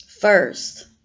first